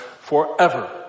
forever